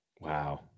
Wow